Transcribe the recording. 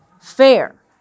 fair